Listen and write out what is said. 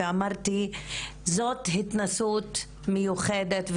ואמרתי זאת התנסות מיוחדת,